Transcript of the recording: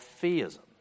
theism